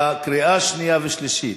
בקריאה השנייה והשלישית.